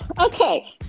Okay